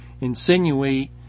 insinuate